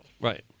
Right